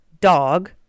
dog